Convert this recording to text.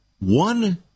one